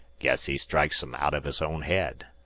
guess he strikes em outen his own head,